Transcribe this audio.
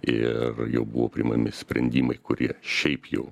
ir jau buvo priimami sprendimai kurie šiaip jau